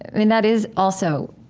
i mean, that is also,